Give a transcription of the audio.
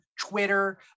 twitter